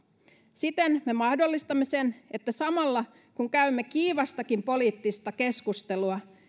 siten me mahdollistamme sen että samalla kun käymme kiivastakin poliittista keskustelua